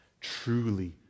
truly